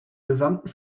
gesamten